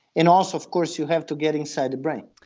and also of course you have to get inside the brain.